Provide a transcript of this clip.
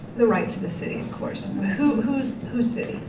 the right to the city of course. who's who's city,